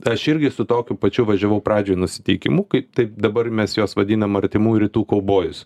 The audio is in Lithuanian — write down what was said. aš irgi su tokiu pačiu važiavau pradžioj nusiteikimu kaip tai dabar mes juos vadinam artimų rytų kaubojus